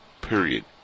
period